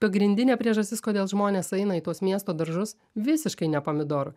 pagrindinė priežastis kodėl žmonės eina į tuos miesto daržus visiškai ne pomidorų